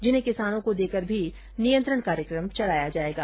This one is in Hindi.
जिन्हें किसानों को देकर भी नियंत्रण कार्यक्रम चलाया जाएगा